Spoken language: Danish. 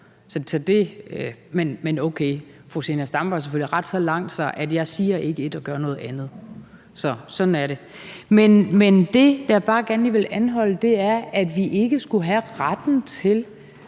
nogle barnebrude. Men okay, fru Zenia Stampe har selvfølgelig ret så langt, at jeg ikke siger et og gør noget andet. Så sådan er det. Men det, jeg bare gerne lige vil anholde, er, at vi ikke skulle have retten til